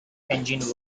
engine